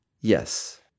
yes